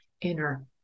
inner